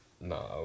No